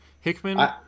Hickman